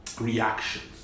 reactions